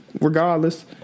regardless